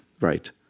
Right